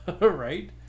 right